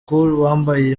wambaye